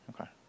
Okay